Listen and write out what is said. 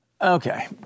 Okay